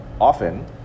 often